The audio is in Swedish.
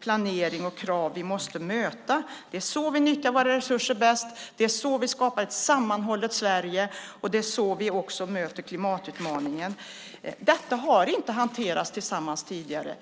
planering och krav som vi måste möta. Det är så vi nyttjar våra resurser bäst, det är så vi skapar ett sammanhållet Sverige och det är så vi också möter klimatutmaningen. Det har inte hanterats tillsammans tidigare.